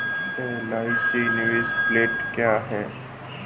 LIC निवेश plan क्या है?